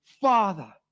father